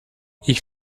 ich